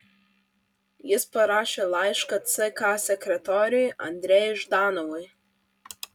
jis parašė laišką ck sekretoriui andrejui ždanovui